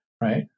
right